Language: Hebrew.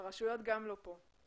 גם הרשויות לא כאן.